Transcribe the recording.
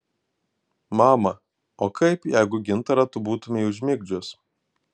mama o kaip jeigu gintarą tu būtumei užmigdžius